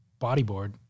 bodyboard